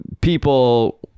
people